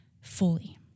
fully